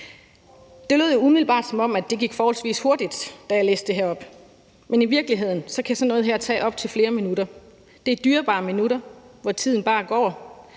Det lød jo umiddelbart, som om det gik forholdsvis hurtigt, da jeg læste det her op, men i virkeligheden kan sådan noget her tage op til flere minutter. Det er dyrebare minutter, hvor tiden bare går,